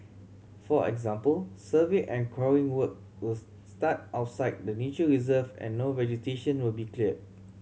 for example survey and coring work will start outside the nature reserve and no vegetation will be cleared